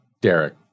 Derek